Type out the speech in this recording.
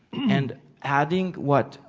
and having what,